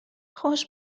خوش